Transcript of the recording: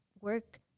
work